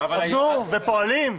ופועלים.